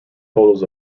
totals